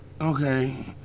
Okay